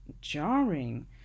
jarring